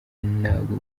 nabwo